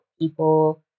people